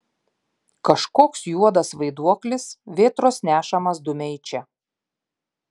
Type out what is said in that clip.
kažkoks juodas vaiduoklis vėtros nešamas dumia į čia